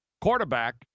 quarterback